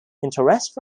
interest